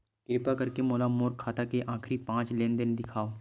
किरपा करके मोला मोर खाता के आखिरी पांच लेन देन देखाव